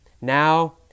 Now